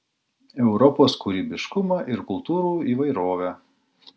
europos kūrybiškumą ir kultūrų įvairovę